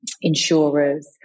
insurers